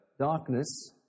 darkness